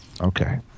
Okay